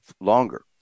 longer